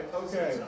okay